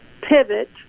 pivot